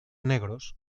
negros